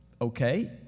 Okay